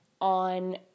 on